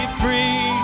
free